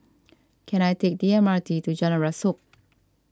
can I take the M R T to Jalan Rasok